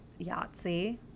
Yahtzee